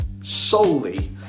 solely